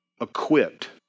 equipped